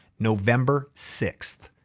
november sixth,